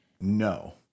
no